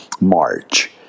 March